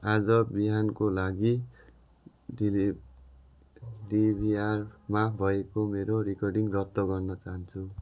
आज बिहानको लागि डिभिआरमा भएको मेरो रेकर्डिङ रद्द गर्न चाहन्छु